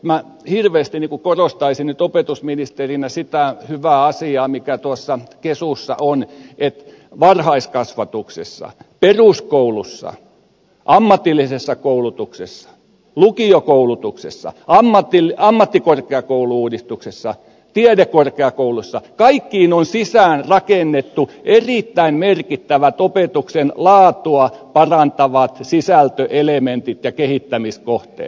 minä hirveästi korostaisin nyt opetusministerinä sitä hyvää asiaa joka tuossa kesussa on että varhaiskasvatuksessa peruskoulussa ammatillisessa koulutuksessa lukiokoulutuksessa ammattikorkeakoulu uudistuksessa tiedekorkeakoulussa kaikissa on sisäänrakennettu erittäin merkittävät opetuksen laatua parantavat sisältöelementit ja kehittämiskohteet